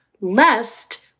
lest